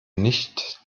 nicht